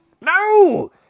No